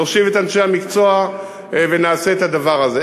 נושיב את אנשי המקצוע ונעשה את הדבר הזה.